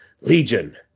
Legion